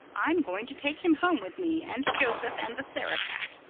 i am going to take him home with me and joseph and the sarah-cat,